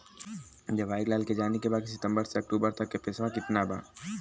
जवाहिर लाल के जाने के बा की सितंबर से अक्टूबर तक के पेसवा कितना बा?